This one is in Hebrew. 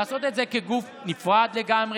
לעשות את זה כגוף נפרד לגמרי.